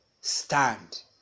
stand